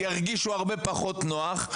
ירגישו הרבה פחות נוח,